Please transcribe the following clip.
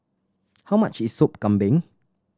how much is Sop Kambing